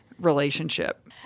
relationship